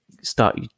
start